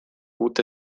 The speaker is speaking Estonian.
uute